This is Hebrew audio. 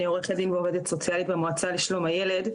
אני עורכת דין ועובדת סוציאלית במועצה לשלום הילד.